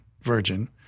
virgin